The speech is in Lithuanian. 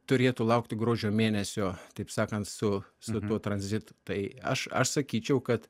turėtų laukti gruodžio mėnesio taip sakant su su tuo transitu tai aš aš sakyčiau kad